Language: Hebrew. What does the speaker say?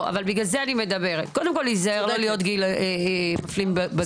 קודם כל להיזהר לא להיות מפלים בגיל.